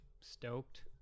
Stoked